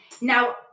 Now